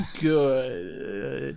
good